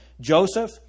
Joseph